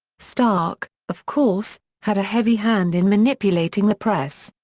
stark, of course, had a heavy hand in manipulating the press.